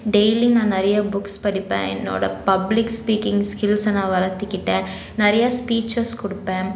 daily நான் நிறைய books படிப்பேன் என்னோடய பப்ளிக் ஸ்பீக்கிங் ஸ்கில்சை நான் வளர்த்திக்கிட்டேன் நிறையா ஸ்பீச்சஸ் கொடுப்பேன்